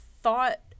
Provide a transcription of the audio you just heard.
thought